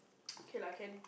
okay lah can